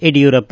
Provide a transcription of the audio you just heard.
Yediyurappa